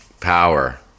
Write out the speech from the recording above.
power